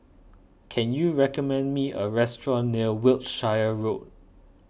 can you recommend me a restaurant near Wiltshire Road